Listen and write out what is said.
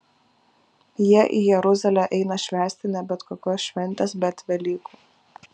jie į jeruzalę eina švęsti ne bet kokios šventės bet velykų